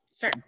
Sure